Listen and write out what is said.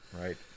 Right